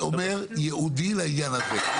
אומר ייעודי לעניין הזה.